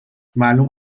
معلوم